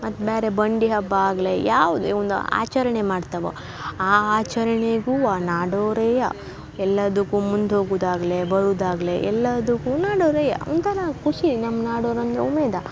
ಮತ್ತು ಬೇರೆ ಬಂಡಿ ಹಬ್ಬ ಆಗ್ಲಿ ಯಾವ್ದೇ ಒಂದು ಆಚರಣೆ ಮಾಡ್ತವೆ ಆ ಆಚರಣೆಗೂ ನಾಡೋರೇ ಎಲ್ಲದಕ್ಕೂ ಮುಂದೆ ಹೋಗುದು ಆಗ್ಲಿ ಬರುದು ಆಗ್ಲಿ ಎಲ್ಲದಕ್ಕೂ ನಾಡೋರೇ ಒಂಥರ ಖುಷಿ ನಮ್ಮ ನಾಡೋರು ಅಂದರೆ ಉಮೇದು